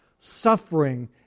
suffering